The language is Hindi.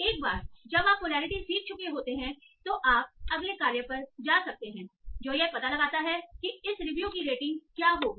एक बार जब आप पोलैरिटी सीख चुके होते हैं तो आप अगले कार्य पर जा सकते हैं जो यह पता लगाता है कि इस रिव्यू की रेटिंग क्या होगी